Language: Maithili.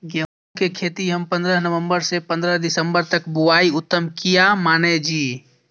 गेहूं के खेती हम पंद्रह नवम्बर से पंद्रह दिसम्बर तक बुआई उत्तम किया माने जी?